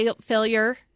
failure